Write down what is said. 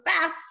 fast